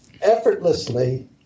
effortlessly